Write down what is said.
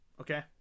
Okay